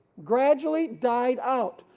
gradually died out,